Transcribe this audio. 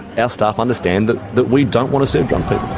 our staff understand that that we don't want to serve drunk